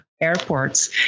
airports